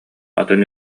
атын